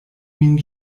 min